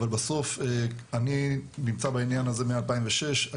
אבל בסוף אני נמצא בעניין הזה מ-2006.